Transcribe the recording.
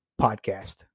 podcast